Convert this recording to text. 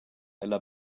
ella